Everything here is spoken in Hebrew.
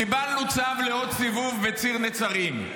--- אתה --- קיבלנו צו לעוד סיבוב בציר נצרים,